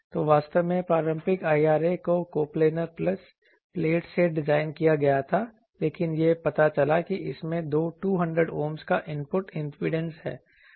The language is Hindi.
तो वास्तव में पारंपरिक IRA को कोप्लैनर प्लेट्स से डिजाइन किया गया था लेकिन यह पता चला कि इसमें 200 Ohm का इनपुट इंपीडेंस है